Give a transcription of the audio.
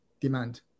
demand